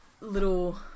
little